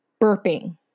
burping